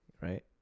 right